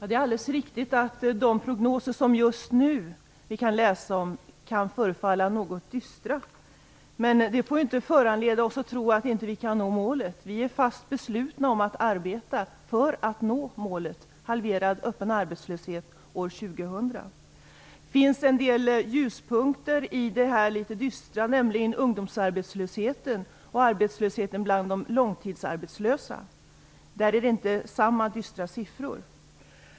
Fru talman! Det är alldeles riktigt att de prognoser vi just nu kan läsa kan förefalla något dystra. Men det får inte föranleda oss att tro att vi inte kan nå målet. Vi är fast beslutna att arbeta för att nå målet, halverad öppen arbetslöshet år 2000. Det finns en del ljuspunkter i det här litet dystra, nämligen att ungdomsarbetslösheten och arbetslösheten bland de långtidsarbetslösa inte visar samma dystra siffror.